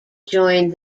joined